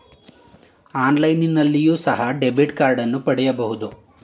ಆನ್ಲೈನ್ನಲ್ಲಿಯೋ ಸಹ ಡೆಬಿಟ್ ಕಾರ್ಡನ್ನು ಪಡೆಯಬಹುದು